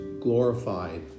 glorified